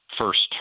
first